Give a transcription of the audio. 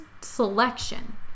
selection